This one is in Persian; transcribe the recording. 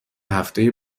هفته